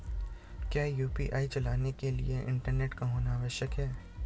क्या यु.पी.आई चलाने के लिए इंटरनेट का होना आवश्यक है?